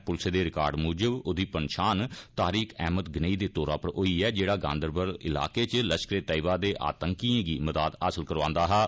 पुलस दे रिकार्ड मुजब ओहदी पन्छान तारीख अहमद गेनेई दे तौरा पर होई ऐ जेड़ा गांदरबल इलाके इच तष्कर ए तौय्यबा दे आतंकिएं गी मदाद हासल करौआंदा हा